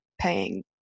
paying